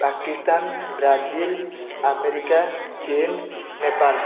Pakistan Brazil America China Nepal